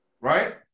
right